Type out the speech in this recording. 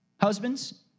Husbands